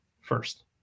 first